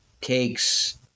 takes